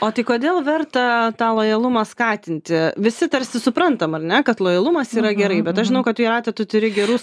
o tai kodėl verta tą lojalumą skatinti visi tarsi suprantam ar ne kad lojalumas yra gerai bet aš žinau kad jūrate tu turi gerus